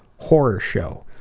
horror show.